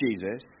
Jesus